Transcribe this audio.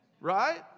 right